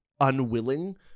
unwilling